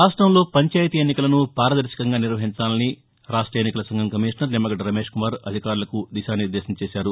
రాష్టంలో పంచాయతీ ఎన్నికలను పారదర్శకంగా నిర్వహించాలని రాష్ట ఎన్నికల సంఘం కమిషనర్ నిమ్మగడ్డ రమేశ్ కుమార్ అధికారులకు దిశానిర్దేశం చేశారు